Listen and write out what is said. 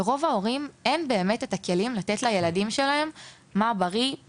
לרוב ההורים אין באמת את הכלים שנחוצים כדי להסביר לילדים שלהם מה בריא,